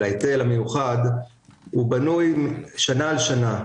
של ההיטל המיוחד בנוי שנה על שנה,